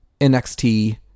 NXT